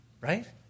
Right